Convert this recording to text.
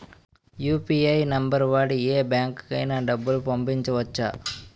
UPI number వాడి యే బ్యాంకుకి అయినా డబ్బులు పంపవచ్చ్చా?